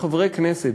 כחברי כנסת,